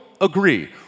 agree